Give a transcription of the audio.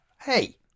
hey